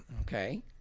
Okay